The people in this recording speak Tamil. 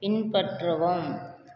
பின்பற்றவும்